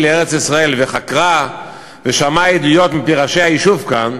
לארץ-ישראל וחקרה ושמעה עדויות מפי ראשי היישוב כאן,